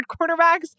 quarterbacks